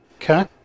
okay